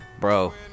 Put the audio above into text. Bro